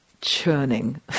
churning